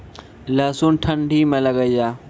लहसुन ठंडी मे लगे जा?